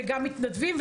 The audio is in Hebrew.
וגם מתנדבים,